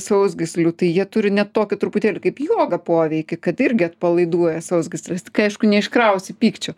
sausgyslių tai jie turi net tokį truputėlį kaip joga poveikį kad irgi atpalaiduoja sausgysles tik aišku neiškrausi pykčio